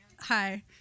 Hi